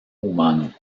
humano